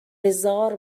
هزار